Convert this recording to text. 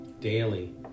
daily